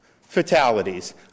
Fatalities